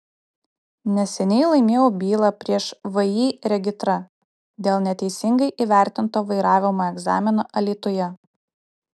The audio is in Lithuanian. neseniai laimėjau bylą prieš vį regitra dėl neteisingai įvertinto vairavimo egzamino alytuje